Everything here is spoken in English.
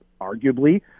arguably